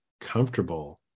comfortable